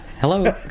Hello